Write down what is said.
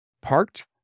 parked